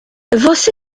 você